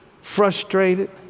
frustrated